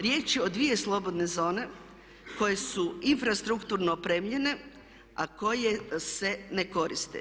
Riječ je o dvije slobodne zone koje su infrastrukturno opremljene, a koje se ne koriste.